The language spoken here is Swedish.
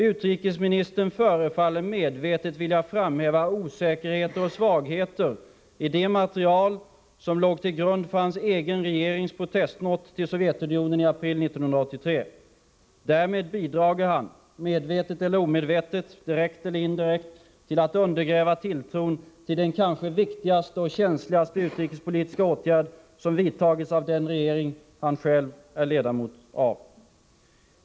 Utrikesministern förefaller medvetet vilja framhäva osäkerheter och svagheter i det material som låg till grund för hans egen regerings protestnot till Sovjetunionen i april 1983. Därmed bidrar han — medvetet eller omedvetet, direkt eller indirekt — till att undergräva tilltron till den kanske viktigaste och känsligaste utrikespolitiska åtgärd som vidtagits av den regering han själv är ledamot av.